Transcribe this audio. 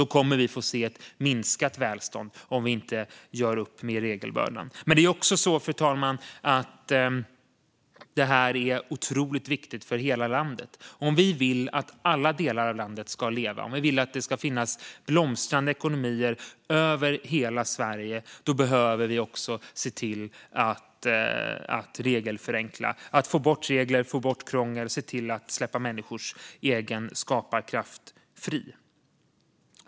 Vi kommer att få se ett minskat välstånd om vi inte gör upp med regelbördan. Fru talman! Det här är otroligt viktigt för hela landet. Om vi vill att alla delar av landet ska leva, om vi vill att det ska finnas blomstrande ekonomier i hela Sverige, då behöver vi regelförenkla, få bort regler och krångel och släppa människors egen skaparkraft fri.